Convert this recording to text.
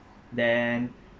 then